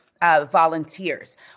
Volunteers